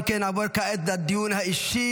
אם כן, נעבור כעת לדיון האישי.